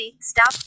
stop